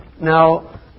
Now